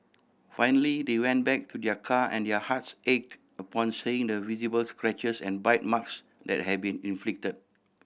finally they went back to their car and their hearts ached upon seeing the visible scratches and bite marks that had been inflict